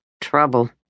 Trouble